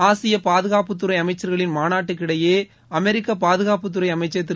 ஆசிய பாதுகாப்புத்துறை அமைச்சள்களின் மாநாட்டுக்கிடையே அமெரிக்க பாதுகாப்புத்துறை அமைச்ச் திரு